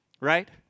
Right